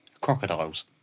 crocodiles